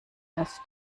ist